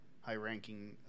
high-ranking